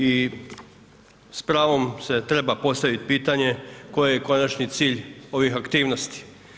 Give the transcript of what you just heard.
I s pravom se treba postaviti pitanje, koji je konačni cilj ovih aktivnosti.